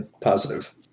positive